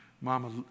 Mama